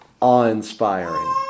awe-inspiring